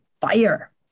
fire